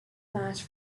match